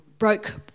broke